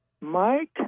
Mike